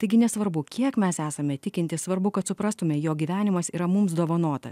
taigi nesvarbu kiek mes esame tikintys svarbu kad suprastume jog gyvenimas yra mums dovanotas